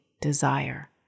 desire